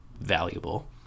valuable